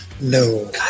No